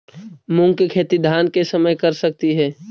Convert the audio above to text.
मुंग के खेती धान के समय कर सकती हे?